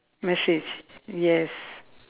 message yes